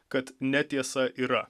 kad netiesa yra